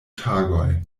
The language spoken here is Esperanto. tagoj